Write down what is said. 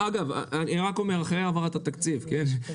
אגב, אחרי העברת התקציב, כן?